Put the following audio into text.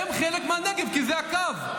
הם חלק מהנגב כי זה הקו.